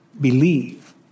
believe